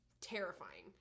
terrifying